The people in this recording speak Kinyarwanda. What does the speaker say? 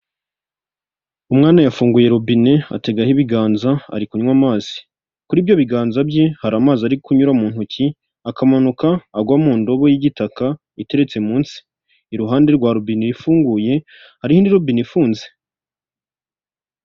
Umwana yafunguye robine ategaho ibiganza ari kunywa amazi ,kuri ibyo biganza bye hari amazi ari kun uyura mu ntoki akamanuka agwa mu ndobo y'igitaka iteretse munsi, iruhande rwa rubinini ifunguye ari hen rubin ifunze.